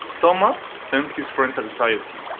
thomas sensed his friend's anxiety.